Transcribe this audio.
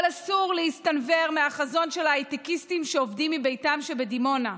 אבל אסור להסתנוור מהחזון של ההייטקיסטים שעובדים מביתם שבדימונה.